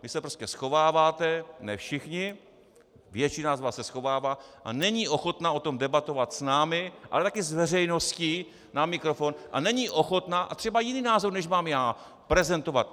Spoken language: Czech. Vy se prostě schováváte, ne všichni, většina z vás se schovává a není ochotna o tom debatovat s námi, ale také s veřejností na mikrofon a není ochotna, a třeba jiný názor, než mám já, prezentovat.